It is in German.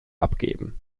abgeben